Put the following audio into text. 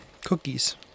Cookies